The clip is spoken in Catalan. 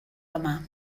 demà